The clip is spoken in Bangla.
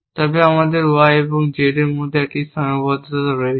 তবে আমাদের Y এবং Z এর মধ্যে একটি সীমাবদ্ধতা রয়েছে